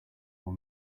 will